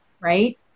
right